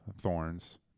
thorns